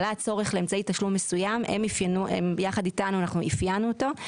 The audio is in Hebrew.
עלה הצורך באמצעי תשלום מסוים הם יחד איתנו אפיינו אותו,